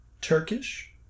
Turkish